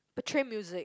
portray music